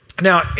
Now